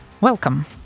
Welcome